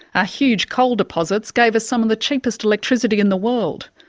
ah huge coal deposits gave us some of the cheapest electricity in the world.